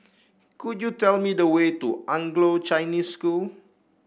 could you tell me the way to Anglo Chinese School